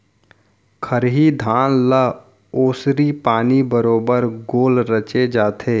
खरही धान ल ओसरी पानी बरोबर गोल रचे जाथे